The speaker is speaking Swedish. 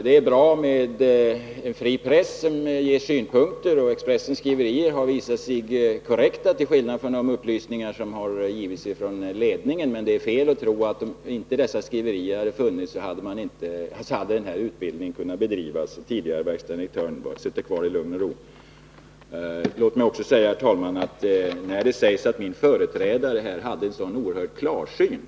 Det är bra med en fri press, som ger synpunkter, och Expressens skriverier har visat sig korrekta, till skillnad från de upplysningar som har getts från ledningen. Men det är fel att tro, att om inte dessa skriverier funnits hade utbildningen kunnat bedrivas och den tidigare verkställande direktören kunnat sitta kvar i lugn och ro. Låt mig också bemöta det som sägs om att min företrädare hade en så oerhörd klarsyn.